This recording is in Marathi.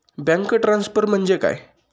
बँक ट्रान्सफर म्हणजे काय?